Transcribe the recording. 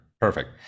perfect